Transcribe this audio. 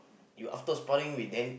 you after sparring with Dan